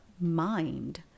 mind